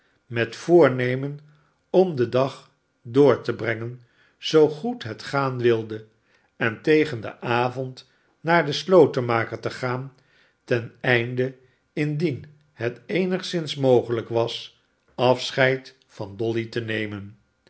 met voornemen om den dag door te brengen zoo goed het gaan wilde en tegen den avond naar den slotenmaker te gaan ten einde indien het eenigszins mogelijk was afscheid van dolly te nemen